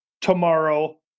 tomorrow